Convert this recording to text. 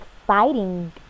exciting